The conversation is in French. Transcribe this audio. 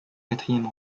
quatrième